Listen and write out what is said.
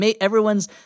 Everyone's